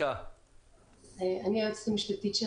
אני היועצת המשפטית.